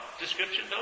description